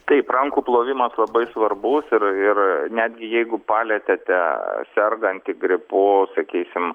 taip rankų plovimas labai svarbus ir ir netgi jeigu palietėte sergantį gripu sakysim